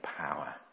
power